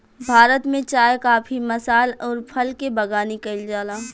भारत में चाय काफी मसाल अउर फल के बगानी कईल जाला